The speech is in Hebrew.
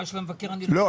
לא,